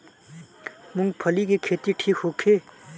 मूँगफली के खेती ठीक होखे?